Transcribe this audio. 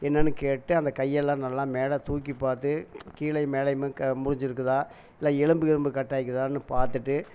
என்னனு கேட்டு அந்த கை எல்லா நல்லா மேலே தூக்கி பார்த்து கீழேயும் மேலேயும் முறிஞ்சிருக்குதா இல்லை எலும்பு கிலும்பு கட்டாய்க்குதானு பார்த்துட்டு